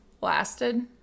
lasted